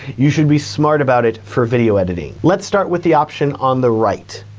you should be smart about it for video editing. let's start with the option on the right.